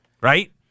right